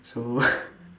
so